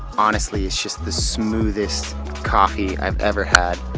honestly, it's just the smoothest coffee i've ever had.